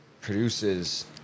produces